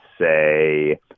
say